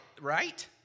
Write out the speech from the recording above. right